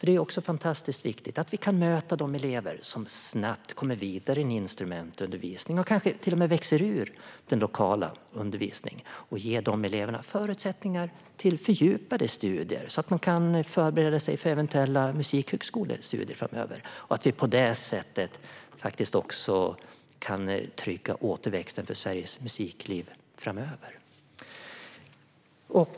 Det är fantastiskt viktigt att vi kan möta de elever som snabbt kommer vidare i instrumentundervisningen och kanske till och med växer ur den lokala undervisningen och ge dessa elever förutsättningar för fördjupade studier så att de kan förbereda sig för eventuella musikhögskolestudier framöver och att vi på detta sätt kan trygga återväxten för Sveriges musikliv framöver.